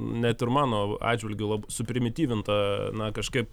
net ir mano atžvilgiu lab suprimityvinta na kažkaip